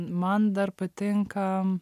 man dar patinka